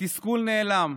והתסכול נעלם,